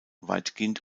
weitgehend